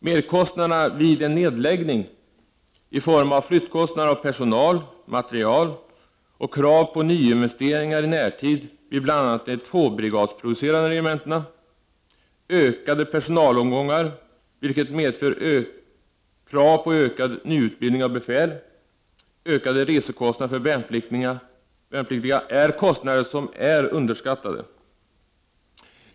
Merkostnaderna vid en nedläggning — i form av flyttkostnader för personal, materiel, krav på nyinvesteringar i närtid vid bl.a. de tvåbrigadsproducerande regementena, ökade personalavgångar, vilket medför krav på ökad nyutbildning av befäl, och ökade resekostnader för värnpliktiga — är underskattade.